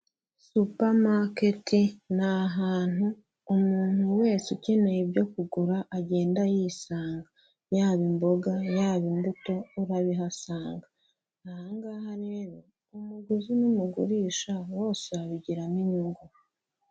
Supamaketi ni ahantu umuntu wese ukeneye ibyo kugura agenda yisanga, yaba imboga, yaba imbuto urabihasanga, aha ngaha rero umuguzi n'umugurisha bose babigiramo inyungu.